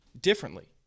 Differently